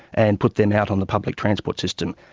and put them out on the public transport system.